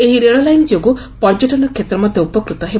ଏହି ରେଳଲାଇନ୍ ଯୋଗୁଁ ପର୍ଯ୍ୟଟନ୍ କ୍ଷେତ୍ର ମଧ୍ୟ ଉପକୃତ ହେବ